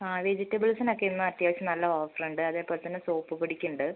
ആ വെജിറ്റബിൾസിനൊക്കെ ഇന്ന് അത്യാവശ്യം നല്ല ഓഫർ ഉണ്ട് അതേപോലെ തന്നെ സോപ്പ് പൊടിക്ക് ഉണ്ട്